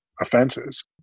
offenses